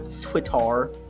twitter